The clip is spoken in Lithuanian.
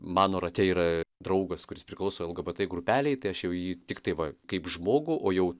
mano rate yra draugas kuris priklauso lgbt grupelei tai aš jau jį tiktai va kaip žmogų o jau